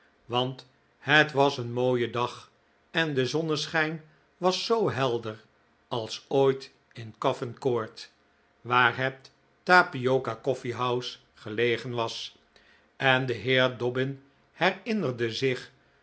want het was een mooie dag en de zonneschijn was zoo helder als ooit in coffin court waar het tapioca coffeehouse gelegen was en de heer dobbin herinnerde zich